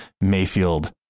Mayfield